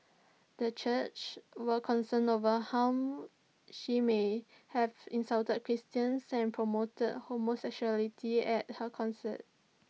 the churches were concerned over how she may have insulted Christians and promoted homosexuality at her concert